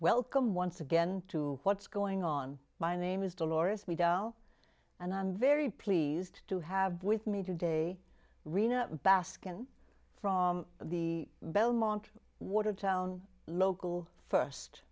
welcome once again to what's going on my name is delores me dell and i'm very pleased to have with me today rena basken from the belmont watertown local first